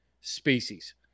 species